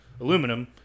aluminum